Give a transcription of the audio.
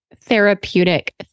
therapeutic